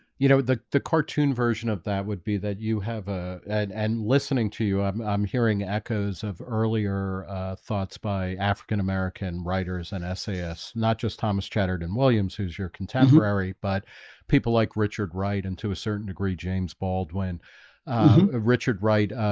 you know, the the cartoon version of that would be that you have a and listening to you i'm um hearing echoes of earlier, ah thoughts by african-american writers and ah sas not just thomas chatterton williams who's your contemporary but people like richard wright and to a certain degree? james, baldwin richard wright, ah,